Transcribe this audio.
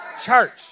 Church